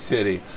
City